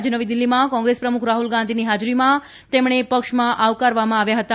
આજે નવી દિલ્હીમાં કોંગ્રેસ પ્રમુખ રાહુલ ગાંધીની હાજરીમાં તેમને પક્ષમાં આવકારવામાં આવ્યા હતા